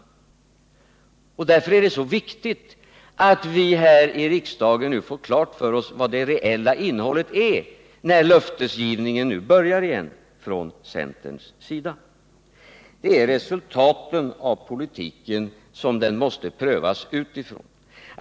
När nu löftesgivningen börjar igen är det därför viktigt att vi här i riksdagen får klart för oss vad det reella innehållet i löftena är. Resultaten av politiken måste prövas utifrån.